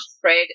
Fred